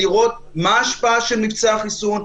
לראות מה ההשפעה של מבצע החיסון,